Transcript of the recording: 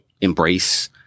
embrace